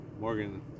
Morgan